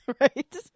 Right